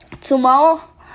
tomorrow